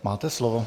Máte slovo.